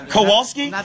Kowalski